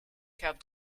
have